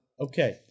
Okay